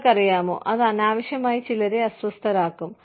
നിങ്ങൾക്കറിയാമോ അത് അനാവശ്യമായി ചിലരെ അസ്വസ്ഥരാക്കും